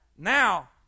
Now